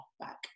back